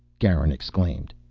garin exclaimed.